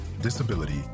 disability